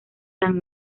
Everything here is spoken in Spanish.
san